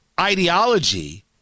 ideology